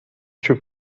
چوب